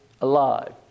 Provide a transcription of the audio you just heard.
alive